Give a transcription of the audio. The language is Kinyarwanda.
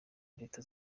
leta